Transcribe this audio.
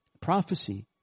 prophecy